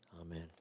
Amen